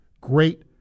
great